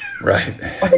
Right